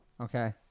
Okay